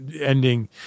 ending